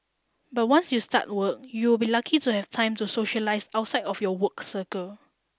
but once you start work you'll be lucky to have time to socialise outside of your work circle